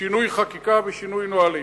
שינוי חקיקה ושינוי נהלים.